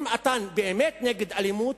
אם אתה באמת נגד אלימות,